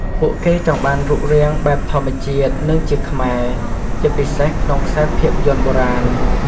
ពួកគេចង់បានរូបរាងបែបធម្មជាតិ និងជាខ្មែរ ជាពិសេសក្នុងខ្សែភាគយន្តបុរាណ។